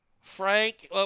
Frank